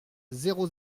zéro